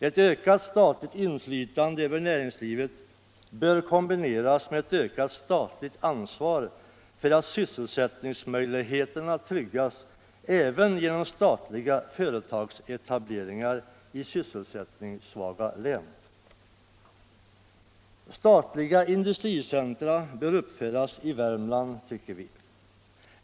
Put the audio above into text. Ett ökat statligt inflytande över näringslivet bör kombineras med cett ökat statligt ansvar för att sysselsättningsmöjligheterna tryggas även genom statliga företagsetableringar i sysselsättningssvaga län. Statliga industricentra bör uppföras i Värmland.